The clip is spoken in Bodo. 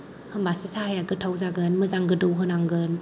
होम्बासो साहाया गोथाव जागोन मोजां गोदौ होनांगोन